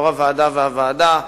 יושב-ראש הוועדה והוועדה,